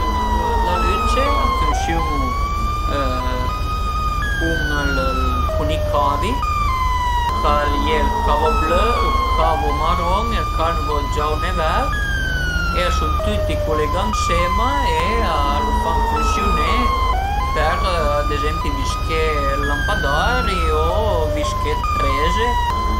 I interütur d'la lücce a funsiun-u cun ël cun i cavi, ch'a ie ël cavo blö, ël cavo maròn e ël cavo giaun e vert e a sun tüti culegà ënsema e a lu fa funsiuné per ad ezempi visché ël lampadari o visché dë preze